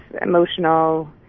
emotional